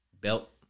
belt